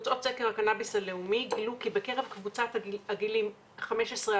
תוצאות סקר קנאביס הלאומי גילו כי בקרב קבוצת הגילים 15-17